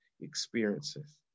experiences